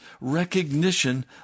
recognition